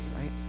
right